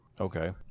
Okay